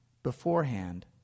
Beforehand